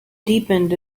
deepened